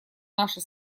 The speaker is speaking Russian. наша